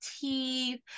teeth